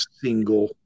single